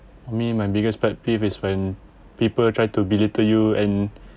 for me my biggest pet peeve is when people try to belittle you and